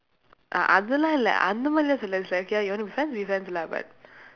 அ~ அதெல்லாம் இல்ல:a~ athellaam illa K you want to be friends be friends lah but